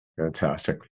Fantastic